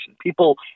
People